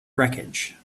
wreckage